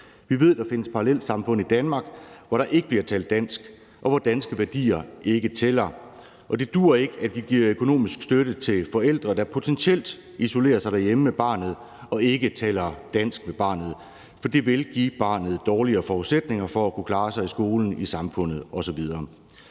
Vi ved, at der findes parallelsamfund i Danmark, hvor der ikke bliver talt dansk, og hvor danske værdier ikke tæller. Og det duer ikke, at vi giver økonomisk støtte til forældre, der potentielt set isolerer sig derhjemme med barnet og ikke taler dansk med barnet. Det vil give barnet dårligere forudsætninger for at kunne klare sig i skolen, i samfundet osv.